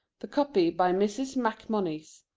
the copy by mrs. macmonnies.